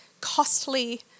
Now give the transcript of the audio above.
costly